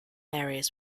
areas